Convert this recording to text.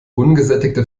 ungesättigte